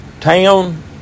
town